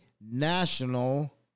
National